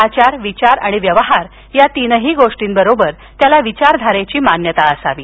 आचार विचार आणि व्यवहार या तीनही गोष्टींबरोबर त्याला विचारधारेची मान्यता असावी